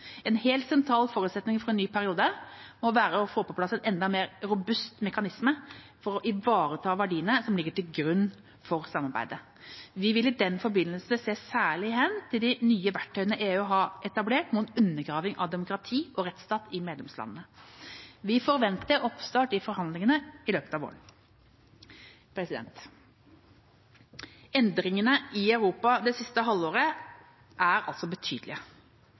En helt sentral forutsetning for en ny periode må være å få på plass en enda mer robust mekanisme for å ivareta verdiene som ligger til grunn for samarbeidet. Vi vil i den forbindelse se særlig hen til de nye verktøyene EU har etablert mot undergraving av demokrati og rettsstat i medlemslandene. Vi forventer oppstart av forhandlingene i løpet av våren. Endringene i Europa det siste halvåret er altså betydelige.